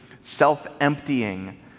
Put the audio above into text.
self-emptying